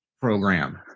program